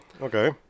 Okay